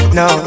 no